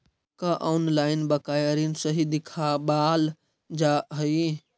का ऑनलाइन बकाया ऋण सही दिखावाल जा हई